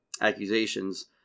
accusations